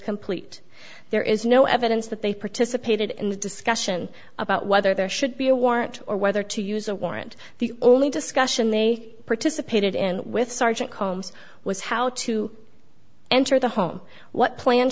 complete there is no evidence that they participated in the discussion about whether there should be a warrant or whether to use a warrant the only discussion they participated in with sergeant combs was how to enter the home what plan